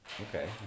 Okay